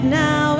now